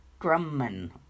Grumman